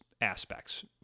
aspects